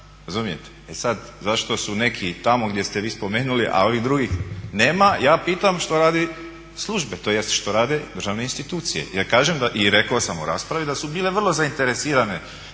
sad zašto su neki tamo gdje ste vi spomenuli, a ovi drugih nema, ja pitam što rade službe tj. što rade državne institucije? Jer kažem i rekao sam u raspravi da su bile vrlo zainteresirane